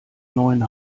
neuen